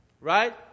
Right